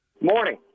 Morning